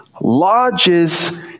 lodges